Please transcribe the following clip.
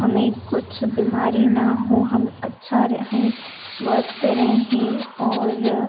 हमें कुछ बीमारी न हो हम अच्छा रहें स्वस्थ रहें और